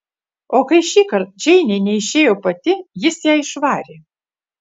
o kai šįkart džeinė neišėjo pati jis ją išvarė